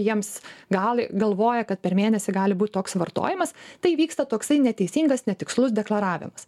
jiems gali galvoja kad per mėnesį gali būt toks vartojimas tai vyksta toksai neteisingas netikslus deklaravimas